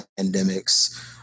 pandemics